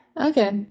Okay